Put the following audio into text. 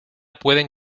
pueden